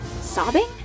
sobbing